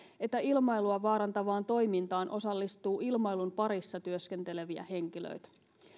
että ilmailua vaarantavaan toimintaan osallistuu ilmailun parissa työskenteleviä henkilöitä